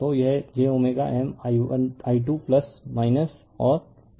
तो यह j M i 2 और j l होगा